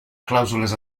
clàusules